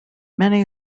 many